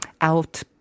out